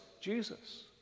Jesus